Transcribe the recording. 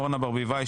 אורנה ברביבאי,